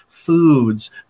Foods